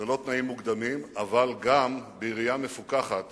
ללא תנאים מוקדמים, אבל גם בראייה מפוכחת